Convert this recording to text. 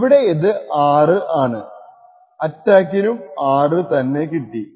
ഇവിടെ ഇത് 6 ആണ് അറ്റാക്കിനും 6 തന്നെ കിട്ടി